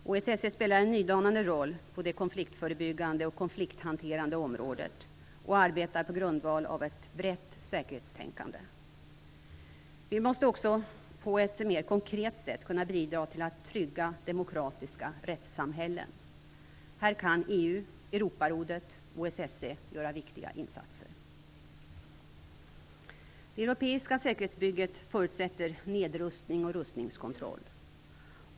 OSSE spelar en nydanande roll på det konfliktförebyggande och konflikthanterande området och arbetar på grundval av ett brett säkerhetstänkande. Vi måste också på ett mer konkret sätt kunna bidra till trygga, demokratiska rättssamhällen. Här kan EU, Europarådet och OSSE göra viktiga insatser. Det europeiska säkerhetsbygget förutsätter nedrustning och rustningskontroll.